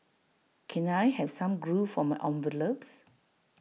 can I have some glue for my envelopes